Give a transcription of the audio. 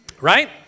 right